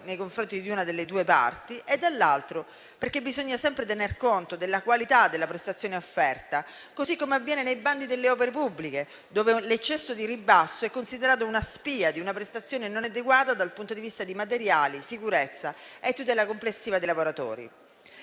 nei confronti di una delle due parti, e, dell'altro, perché bisogna sempre tener conto della qualità della prestazione offerta, così come avviene nei bandi delle opere pubbliche, dove l'eccesso di ribasso è considerato la spia di una prestazione non adeguata dal punto di vista di materiali, sicurezza e tutela complessiva dei lavoratori.